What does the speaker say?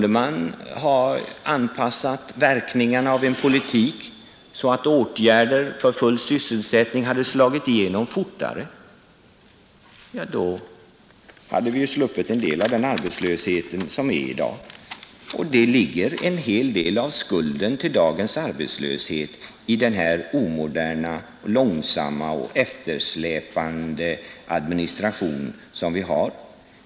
Om man hade kunnat anpassa verkningarna av en politik så att åtgärder för full sysselsättning slagit igenom fortare — ja, då hade vi sluppit en del av den arbetslöshet som vi har i dag. Och en del av skulden till dagens arbetslöshet ligger i den omoderna, långsamma och eftersläpande administrationen.